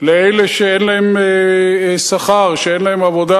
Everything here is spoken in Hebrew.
לאלה שאין להם שכר, שאין להם עבודה.